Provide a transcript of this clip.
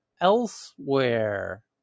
elsewhere